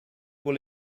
will